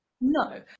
No